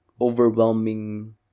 overwhelming